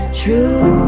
true